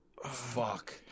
Fuck